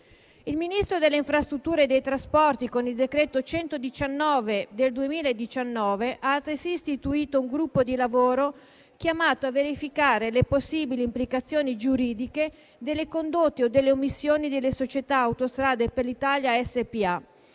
il Ministro delle infrastrutture e dei trasporti, con il decreto n. 119 del 2019, ha altresì istituito un gruppo di lavoro chiamato a verificare le possibili implicazioni giuridiche delle condotte o delle omissioni della società Autostrade per l'Italia SpA,